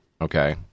okay